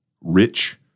rich